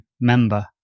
member